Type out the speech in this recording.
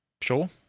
sure